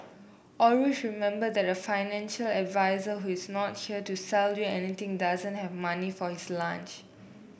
always remember that a financial advisor who is not share to sell you anything doesn't have money for his lunch